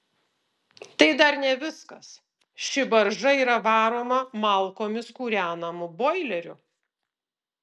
tai dar ne viskas ši barža yra varoma malkomis kūrenamu boileriu